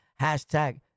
Hashtag